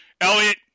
Elliot